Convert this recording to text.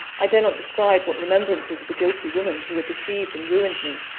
i dare not describe what remembrances of the guilty woman who had deceived and ruined me,